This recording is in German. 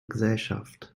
gesellschaft